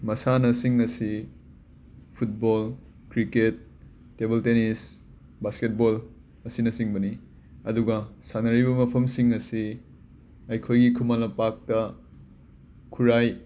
ꯃꯁꯥꯟꯅꯁꯤꯡ ꯑꯁꯤ football cricket table tennis basketball ꯑꯁꯤꯅꯆꯤꯡꯕꯅꯤ ꯑꯗꯨꯒ ꯁꯥꯟꯅꯔꯤꯕ ꯃꯐꯝꯁꯤꯡ ꯑꯁꯤ ꯑꯩꯈꯣꯏꯒꯤ ꯈꯨꯃꯟ ꯂꯝꯄꯥꯛꯇ ꯈꯨꯔꯥꯏ